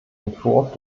entwurf